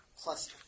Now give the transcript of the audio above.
Plus